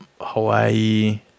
Hawaii